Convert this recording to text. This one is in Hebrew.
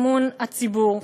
אמון הציבור.